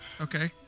Okay